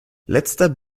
letzter